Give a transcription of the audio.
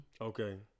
okay